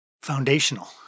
foundational